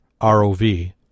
ROV